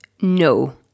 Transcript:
No